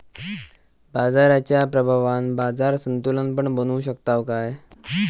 बाजाराच्या प्रभावान बाजार संतुलन पण बनवू शकताव काय?